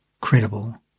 credible